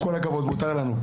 עם כל הכבוד, מותר לנו.